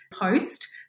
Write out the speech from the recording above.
post